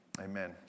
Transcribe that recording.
amen